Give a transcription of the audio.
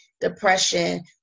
depression